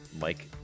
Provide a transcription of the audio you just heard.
Mike